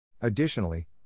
Additionally